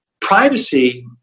privacy